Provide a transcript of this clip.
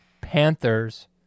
Panthers